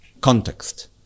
context